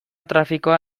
trafikoa